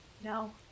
No